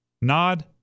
Nod